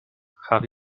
have